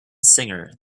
singer